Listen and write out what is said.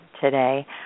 today